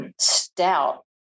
stout